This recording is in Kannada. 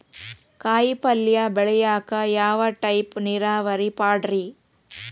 ಕಾಯಿಪಲ್ಯ ಬೆಳಿಯಾಕ ಯಾವ ಟೈಪ್ ನೇರಾವರಿ ಪಾಡ್ರೇ?